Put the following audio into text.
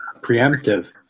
preemptive